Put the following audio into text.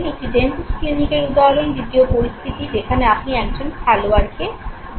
একটি ডেন্টিস্ট ক্লিনিকের উদাহরণ দ্বিতীয় পরিস্থিতি যেখানে আপনি একজন খেলোয়াড়কে মাঠে দেখছেন